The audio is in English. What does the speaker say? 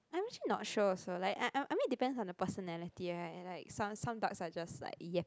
I'm actually not sure also like I I mean depends on the personality and like some dogs are just like ya